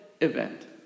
event